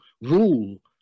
rule